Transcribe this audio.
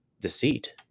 deceit